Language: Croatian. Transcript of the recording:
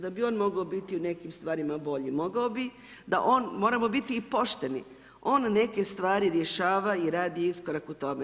Da bi on mogao biti u nekim stvarima bolji, mogao bi, moramo biti i pošteni, on neke stvari rješava i radi iskorak u tome.